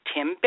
Tim